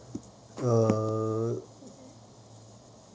uh